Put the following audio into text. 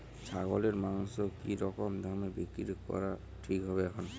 ছাগলের মাংস কী রকম দামে বিক্রি করা ঠিক হবে এখন?